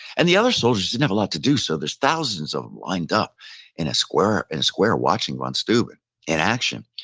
and the other soldiers didn't have a lot to do, so there's thousands of them lined up in a square and square watching von steuben in action.